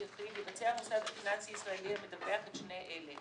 יחיד יבצע המוסד הפיננסי הישראלי המדווח את שני אלה: